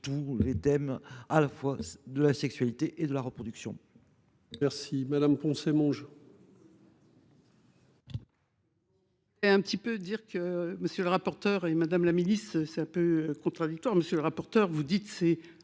tous les thèmes à la fois de la sexualité et de la reproduction.